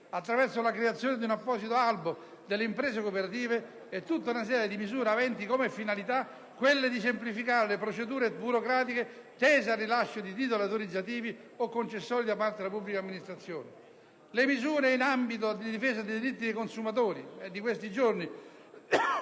attraverso la creazione di un apposito Albo delle imprese cooperative, nonché una serie di misure aventi come finalità quella di semplificare le procedure burocratiche tese al rilascio di titoli autorizzativi o concessori da parte della pubblica amministrazione. Il provvedimento reca poi importanti misure in ambito di difesa dei diritti dei consumatori. È di questi giorni